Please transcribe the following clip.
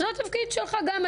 זה התפקיד שלך גם.